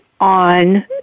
on